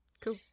Cool